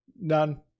none